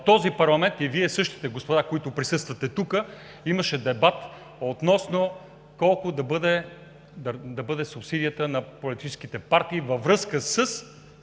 и реплики) – Вие, същите господа, които присъствате тук, и имаше дебат колко да бъде субсидията на политическите партии във връзка с